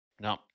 No